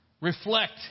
reflect